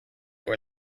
were